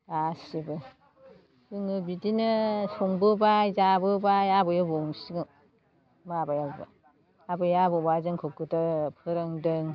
गासिबो जोङो बिदिनो संबोबाय जाबोबाय आबै आबौ माबायाव आबै आबौआ जोंखौ फोरोंदों